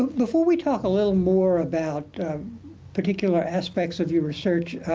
before we talk a little more about particular aspects of your research,